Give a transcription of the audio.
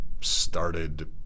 started